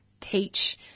teach